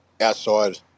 outside